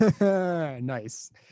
Nice